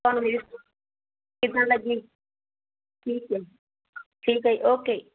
ਕਿੱਦਾਂ ਲੱਗੀ ਠੀਕ ਹੈ ਠੀਕ ਹੈ ਜੀ ਓਕੇ